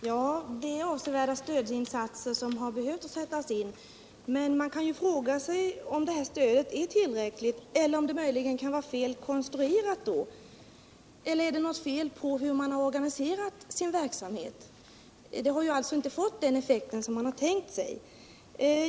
Herr talman! Ja, avsevärda stödinsatser har behövt sättas in, men man kan ändå fråga sig om stödet har varit tillräckligt, eller om det möjligen kan vara konstruerat på ett felaktigt sätt. Eller är det kanske något fel på det sätt varpå man har organiserat sin verksamhet? Stödet har inte fått den effekt som man hade tänkt sig.